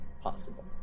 possible